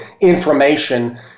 information